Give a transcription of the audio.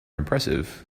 impressive